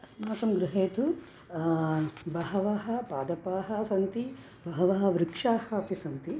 अस्माकं गृहे तु बहवः पादपाः सन्ति बहवः वृक्षाः अपि सन्ति